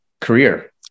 career